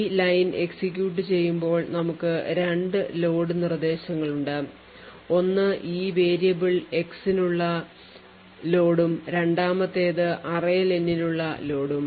ഈ line execute ചെയ്യുമ്പോൾ നമുക്ക് രണ്ട് ലോഡ് നിർദ്ദേശങ്ങളുണ്ട് ഒന്ന് ഈ വേരിയബിൾ x നുള്ള ലോഡും രണ്ടാമത്തേതു array len നുള്ള ലോഡും